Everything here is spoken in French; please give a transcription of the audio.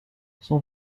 son